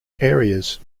areas